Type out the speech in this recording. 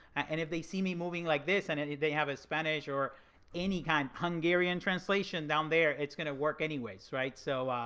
and if they see me moving like this and they have a spanish or any kind. hungarian translation down there, it's going to work anyways, right? so,